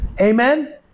Amen